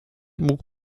bóg